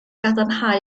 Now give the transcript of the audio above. gadarnhau